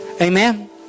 Amen